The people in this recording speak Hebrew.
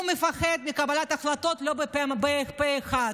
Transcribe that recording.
הוא מפחד מקבלת החלטות לא פה אחד,